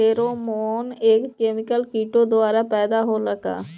Pheromone एक chemical किटो द्वारा पैदा होला का?